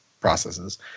processes